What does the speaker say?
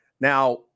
Now